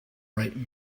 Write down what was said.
bright